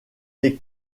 les